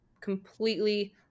completely